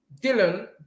Dylan